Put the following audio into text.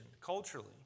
culturally